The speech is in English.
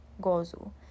Gozu